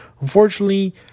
Unfortunately